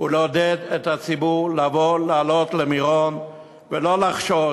ולעודד את הציבור לבוא לעלות למירון ולא לחשוש.